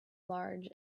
large